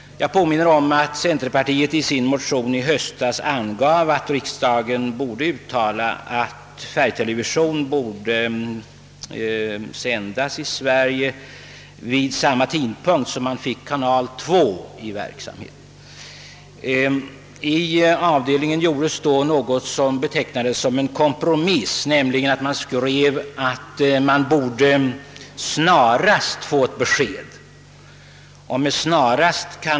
Jag vill påminna om att centerpartiet i sin motion i höstas angav att riksdagen borde uttala, att färgtelevision skulle införas i Sverige vid samma tidpunkt som TV 2. I avdelningen gjordes då något som betecknades som en kompromiss, nämligen att man skrev att man »snarast» borde få ett besked.